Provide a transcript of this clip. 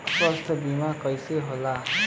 स्वास्थ्य बीमा कईसे होला?